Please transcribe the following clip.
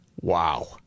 Wow